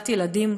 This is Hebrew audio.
מסירת ילדים